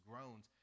groan's